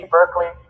Berkeley